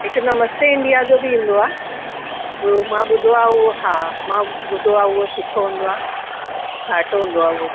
हिक नमस्ते इंडिया जो बि ईंदो आहे उहो मां ॿुधो आहे उहो हा मां ॿुधो आहे उहो सुठो हूंदो आहे घाटो हूंदो आहे उहो